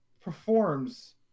performs